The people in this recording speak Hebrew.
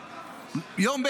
יום.